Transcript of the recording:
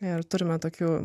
ir turime tokių